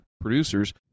producers